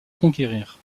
conquérir